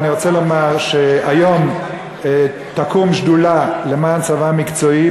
ואני רוצה לומר שהיום תקום שדולה למען צבא מקצועי,